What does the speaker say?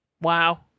wow